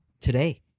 today